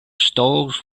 stalls